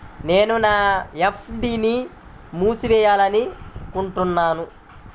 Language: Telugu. నేను నా ఎఫ్.డీ ని మూసివేయాలనుకుంటున్నాను